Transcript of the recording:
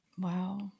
Wow